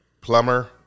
plumber